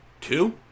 Two